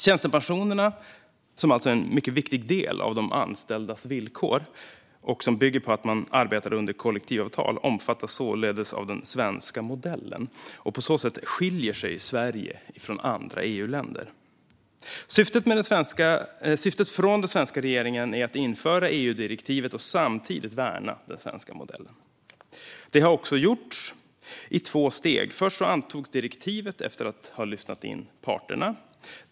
Tjänstepensionerna, som är en viktig del av de anställdas villkor och som bygger på att man arbetar under kollektivavtal, omfattas således av den svenska modellen. På så sätt skiljer sig Sverige från andra EU-länder. Syftet för den svenska regeringen är att införa EU-direktivet och samtidigt värna den svenska modellen. Detta har också gjorts, i två steg. Först antogs direktivet, efter att man lyssnat in parterna.